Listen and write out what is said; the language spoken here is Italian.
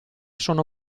sono